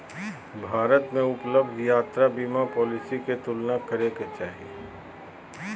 भारत में उपलब्ध यात्रा बीमा पॉलिसी के तुलना करे के चाही